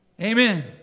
Amen